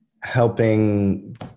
helping